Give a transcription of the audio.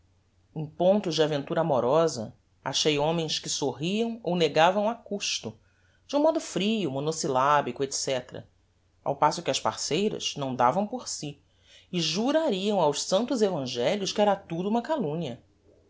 em pontos de aventura amorosa achei homens que sorriam ou negavam a custo de um modo frio monosyllabico etc ao passo que as parceiras não davam por si e jurariam aos santos evangelhos que era tudo uma calumnia